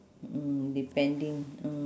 mm depending mm